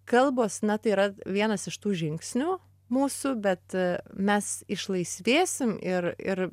kalbos na tai yra vienas iš tų žingsnių mūsų bet mes išlaisvėsim ir ir